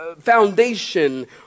foundation